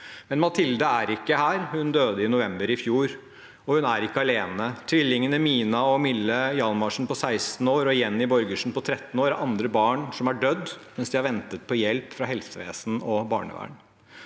Men Mathilde er ikke her, hun døde i november i fjor – og hun er ikke alene. Tvillingene Mina og Mille Hjalmarsen på 16 år og Jennie Borgersen på 13 år er andre barn som har dødd mens de har ventet på hjelp fra helsevesen og barnevern.